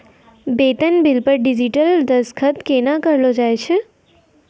बेतन बिल पर डिजिटल दसखत केना करलो जाय छै?